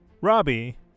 Robbie